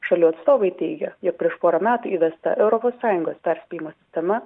šalių atstovai teigia jog prieš porą metų įvesta europos sąjungos perspėjimo sistema